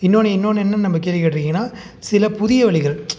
இன்னொன்று இன்னொன்று இன்னும் நம்ம கேள்வி கேட்டிருக்கீங்கன்னா சில புதிய வழிகள்